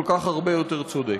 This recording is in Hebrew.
כל כך הרבה יותר צודק.